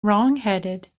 wrongheaded